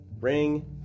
ring